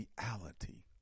reality